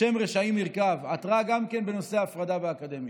שם רשעים יירקב, גם בנושא ההפרדה באקדמיה.